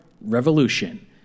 Revolution